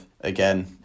again